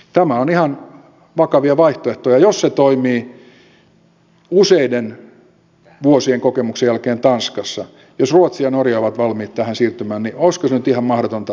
tämä on ihan vakava vaihtoehto jos se toimii useiden vuosien kokemuksen jälkeen tanskassa ja jos ruotsi ja norja ovat valmiit tähän siirtymään niin olisiko nyt ihan mahdotonta että lähdettäisiin tähän mukaan